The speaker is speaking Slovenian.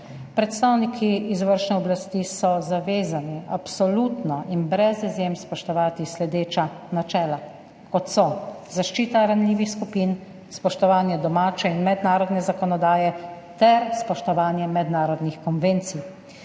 Predstavniki izvršne oblasti so zavezani absolutno in brez izjem spoštovati načela, kot so zaščita ranljivih skupin, spoštovanje domače in mednarodne zakonodaje ter spoštovanje mednarodnih konvencij,